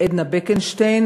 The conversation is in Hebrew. עדנה בקנשטיין,